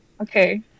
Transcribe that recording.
Okay